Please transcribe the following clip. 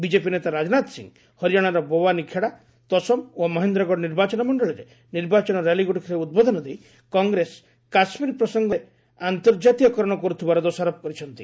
BJP ନେତା ରାଜନାଥ ସିଂହ ହରିଆଶାର ବୱାନି ଖେଡ଼ା ତୋସମ୍ ଓ ମହେନ୍ଦ୍ରଗଡ଼ ନିର୍ବାଚନ ମଣ୍ଡଳୀରେ ନିର୍ବାଚନ ର୍ୟାଲିଗୁଡ଼ିକରେ ଉଦ୍ବୋଧନ ଦେଇ କଂଗ୍ରେସ କାଶ୍ମୀର ପ୍ରସଙ୍ଗର ଆନ୍ତର୍ଜାତୀୟକରଣ କରୁଥିବାର ଦୋଷାରୋପ କରିଛନ୍ତି